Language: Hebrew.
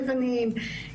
לבנים,